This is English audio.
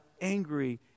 angry